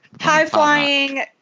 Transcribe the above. High-flying